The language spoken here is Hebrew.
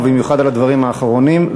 במיוחד על הדברים האחרונים.